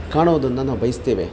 ಕಾಣೋದನ್ನ ನಾವು ಬಯಸ್ತೇವೆ